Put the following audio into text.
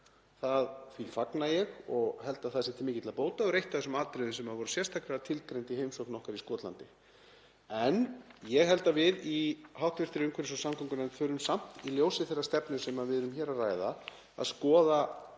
Því fagna ég og held að það sé til mikilla bóta og er þetta eitt af þeim atriðum sem voru sérstaklega tilgreind í heimsókn okkar í Skotlandi. En ég held að við í hv. umhverfis- og samgöngunefnd þurfum samt í ljósi þeirrar stefnu sem við erum hér að ræða að skoða